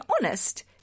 honest